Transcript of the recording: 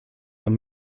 are